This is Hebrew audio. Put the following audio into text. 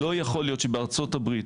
לא יכול להיות שבארצות הברית,